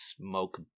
smoke